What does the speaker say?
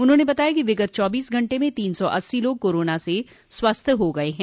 उन्होंने बताया कि विगत चौबीस घंटे में तीन सौ अस्सी लाग कोरोना से स्वस्थ हो गये हैं